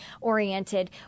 oriented